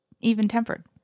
even-tempered